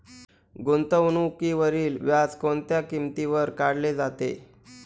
गुंतवणुकीवरील व्याज कोणत्या किमतीवर काढले जाते?